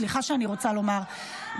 סליחה שאני רוצה לומר -- אבל הוא הורשע.